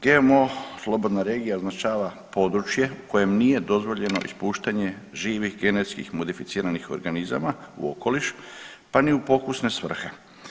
GMO slobodna regija označava područje kojem nije dozvoljeno ispuštanje živih genetskih modificiranih organizama u okoliš pa ni u pokusne svrhe.